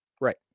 Right